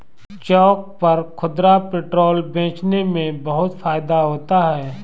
चौक पर खुदरा पेट्रोल बेचने में बहुत फायदा होता है